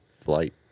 flight